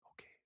okay